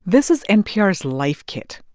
this is npr's life kit.